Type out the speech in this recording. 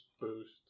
boost